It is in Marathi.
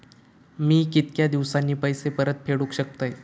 मी कीतक्या दिवसांनी पैसे परत फेडुक शकतय?